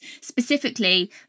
specifically